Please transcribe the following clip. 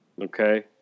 Okay